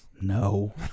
No